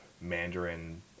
Mandarin